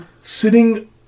Sitting